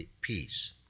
peace